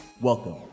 Welcome